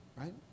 right